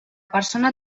persona